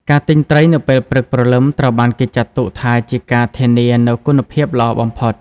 ការទិញត្រី នៅពេលព្រឹកព្រលឹមត្រូវបានគេចាត់ទុកថាជា ការធានា នូវគុណភាពល្អបំផុត។